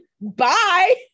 Bye